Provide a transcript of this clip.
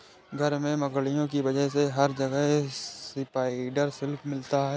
घर में मकड़ियों की वजह से हर जगह स्पाइडर सिल्क मिलता है